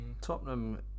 Tottenham